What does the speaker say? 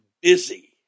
busy